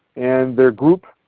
and their group.